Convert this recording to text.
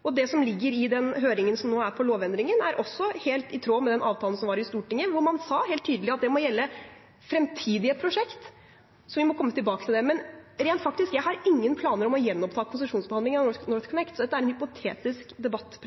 Og det som ligger i den høringen som nå er om lovendringen, er også helt i tråd med den avtalen som var i Stortinget, hvor man sa helt tydelig at det må gjelde fremtidige prosjekt. Så vi må komme tilbake til det. Men jeg har rent faktisk ingen planer om å gjenoppta konsesjonsbehandlingen av NorthConnect, så dette er en hypotetisk debatt.